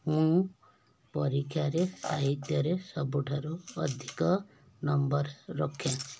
ମୁଁ ପରୀକ୍ଷାରେ ସାହିତ୍ୟରେ ସବୁଠାରୁ ଅଧିକ ନମ୍ବର ରଖେ